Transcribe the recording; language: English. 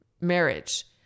marriage